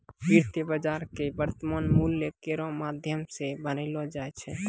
वित्तीय बाजार क वर्तमान मूल्य केरो माध्यम सें बनैलो जाय छै